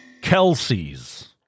Kelsey's